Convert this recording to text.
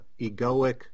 egoic